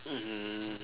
mmhmm